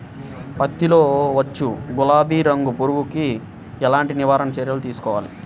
పత్తిలో వచ్చు గులాబీ రంగు పురుగుకి ఎలాంటి నివారణ చర్యలు తీసుకోవాలి?